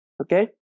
Okay